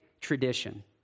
tradition